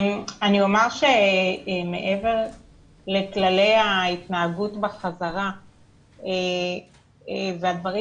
אני אומר שמעבר לכללי ההתנהגות בחזרה והדברים